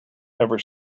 ever